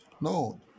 No